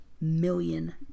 million